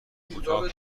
کوتاه